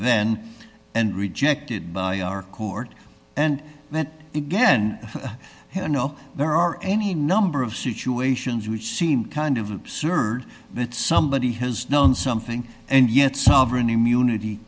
then and rejected by our court and that again you know there are any number of situations which seem kind of absurd that somebody has done something and yet sovereign immunity